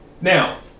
Now